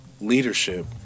leadership